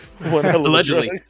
Allegedly